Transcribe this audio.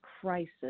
crisis